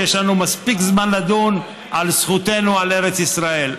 ויש לנו מספיק זמן לדון על זכותנו על ארץ ישראל.